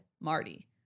marty